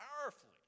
powerfully